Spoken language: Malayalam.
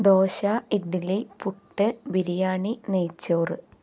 ദോശ ഇഡലി പുട്ട് ബിരിയാണി നെയ്ച്ചോറ്